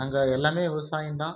அங்கே எல்லாமே விவசாயந்தான்